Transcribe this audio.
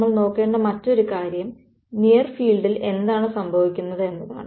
നമ്മൾ നോക്കേണ്ട മറ്റൊരു കാര്യം നിയർ ഫീൽഡിൽ എന്താണ് സംഭവിക്കുന്നത് എന്നതാണ്